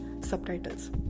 subtitles